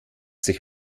sich